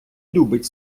любить